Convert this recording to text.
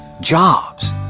jobs